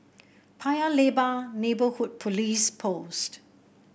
Paya Lebar Neighbourhood Police Post